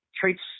Traits